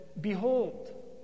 Behold